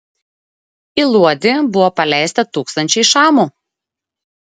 į luodį buvo paleista tūkstančiai šamų